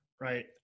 right